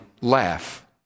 laugh